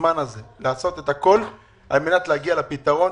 בזמן הזה לעשות את הכול על מנת להגיע לפתרון.